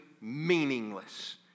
meaningless